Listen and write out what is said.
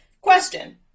question